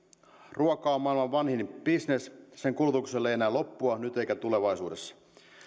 ruoka on maailman vanhin bisnes sen kulutukselle ei näy loppua nyt eikä tulevaisuudessa